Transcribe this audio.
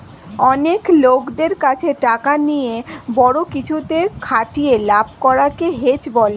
অনেক লোকদের কাছে টাকা নিয়ে বড়ো কিছুতে খাটিয়ে লাভ করা কে হেজ বলে